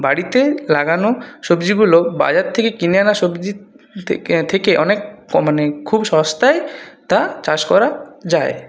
বাড়িতে লাগানো সবজিগুলো বাজার থেকে কিনে আনা সবজির থেকে অনেক মানে খুব সস্তায় তা চাষ করা যায়